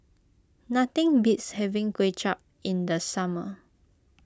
nothing beats having Kuay Chap in the summer